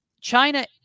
China